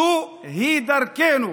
זוהי דרכנו,